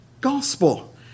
Gospel